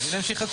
תגידי להם שיחכו.